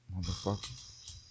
Motherfucker